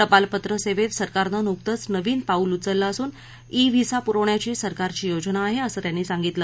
टपालपत्र सेवेत सरकारनं नुकतच नवीन पाऊल उचललं असून ई व्हीसा पुरवण्याची सरकारची योजना आहे असं त्यांनी सांगितलं